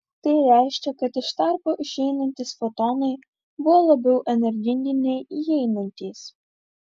tai reiškia kad iš tarpo išeinantys fotonai buvo labiau energingi nei įeinantys